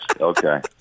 okay